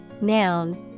noun